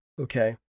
Okay